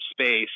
space